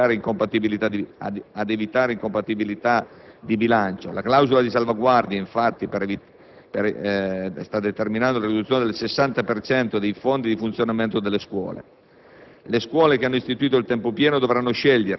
si continuerà ad erodere personale docente e ad evitare incompatibilità di bilancio. Con la clausola di salvaguardia, infatti, è stata determinata la riduzione del 60 per cento dei fondi di funzionamento delle scuole.